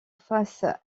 face